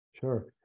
Sure